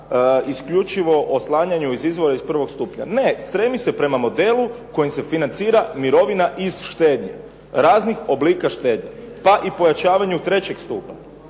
isključivo oslanjanju iz izvora iz prvog stupnja, ne stremi se prema modelu kojim se financira mirovina iz štednje, raznih oblika štednji pa i pojačavanju trećeg stupa